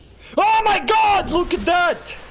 oh my god look at that!